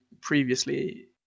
previously